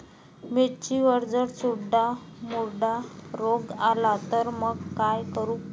मिर्चीवर जर चुर्डा मुर्डा रोग आला त मंग का करू?